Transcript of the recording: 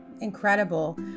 incredible